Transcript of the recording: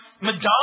Madonna